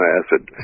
acid